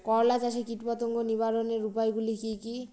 করলা চাষে কীটপতঙ্গ নিবারণের উপায়গুলি কি কী?